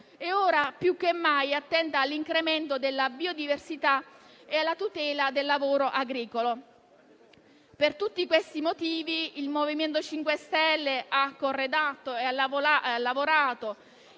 e ora più che mai attenta all'incremento della biodiversità e alla tutela del lavoro agricolo. Per tutti questi motivi il MoVimento 5 Stelle ha lavorato